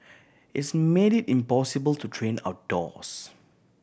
it's made it impossible to train outdoors